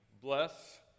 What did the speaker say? Bless